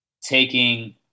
taking